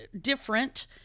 different